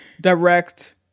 direct